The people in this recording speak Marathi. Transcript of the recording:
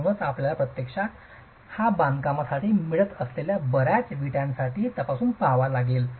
म्हणूनच आपल्याला प्रत्यक्षात हा बांधकामासाठी मिळत असलेल्या बर्याच विटासाठी तपासून पहावा लागेल